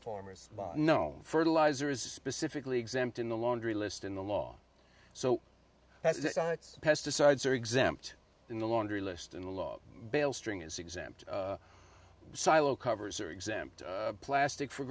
farmers know fertilizer is specifically exempt in the laundry list in the law so pesticides are exempt in the laundry list and the law bale string is exempt silo covers are exempt plastic for